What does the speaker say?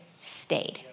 stayed